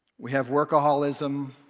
we have workaholism,